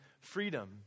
freedom